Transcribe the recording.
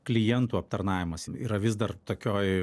klientų aptarnavimas yra vis dar tokioj